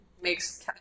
makes